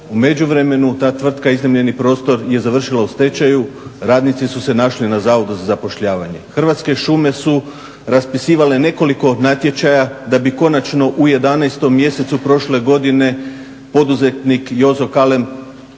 U međuvremenu ta tvrtka i iznajmljeni prostor je završila u stečaju, radnici su se našli na Zavodu za zapošljavanje. Hrvatske šume su raspisivale nekoliko natječaja da bi konačno u 11. mjesecu prošle godine poduzetnik Jozo Kalem